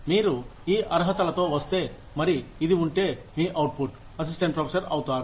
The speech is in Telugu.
మీరు ఈ అర్హతలతో వస్తే మరి ఇది ఉంటే మీ అవుట్ఫుట్ అసిస్టెంట్ ప్రొఫెసర్ అవుతారు